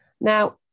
Now